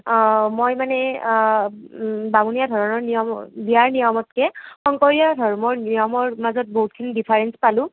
মই মানে বামুণীয়া ধৰণৰ নিয়ম বিয়াৰ নিয়মতকৈ শংকৰীয়া ধৰ্মৰ নিয়মৰ মাজত বহুতখিনি ডিফাৰেঞ্চ পালোঁ